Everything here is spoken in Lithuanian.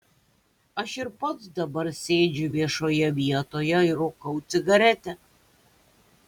aš ir pats dabar sėdžiu viešoje vietoje ir rūkau cigaretę